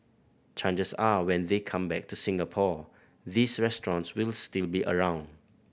chances are when they come back to Singapore these restaurants will still be around